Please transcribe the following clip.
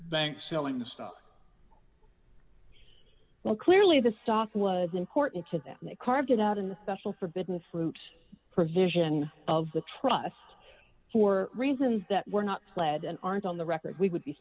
banks selling the stuff well clearly the sock was important to them and they carved it out in the special forbidden fruit provision of the trust for reasons that were not lead and aren't on the record we would be